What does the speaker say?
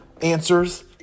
answers